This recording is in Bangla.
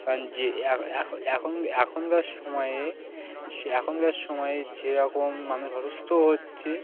কারণ যে এখন এখন এখনকার সময়ে সে এখনকার সময়ে যেরকম মানুষ অসুস্থ হচ্ছে